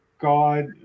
God